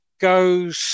goes